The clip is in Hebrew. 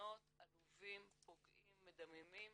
ניסיונות עלובים פוגעים מדממים